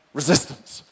resistance